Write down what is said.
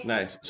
Nice